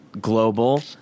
global